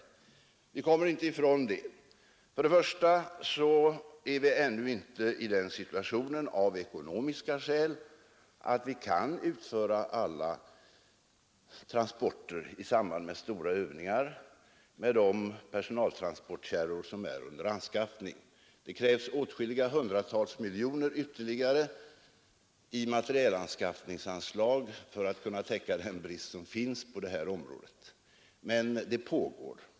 Vi kommer inte ifrån det. För det första är vi av ekonomiska skäl ännu inte i den situationen att vi kan utföra alla transporter i samband med stora övningar med de åtskilliga personaltransportkärror som är under anskaffning. Det k hundra miljoner ytterligare i materielanskaffningsanslag för kunna täcka den brist som finns på detta område, men anskaffningen pågår.